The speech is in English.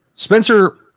Spencer